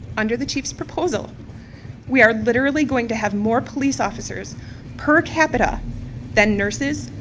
under the chief's proposal we are literally going to have more police officers per capita than nurses,